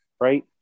Right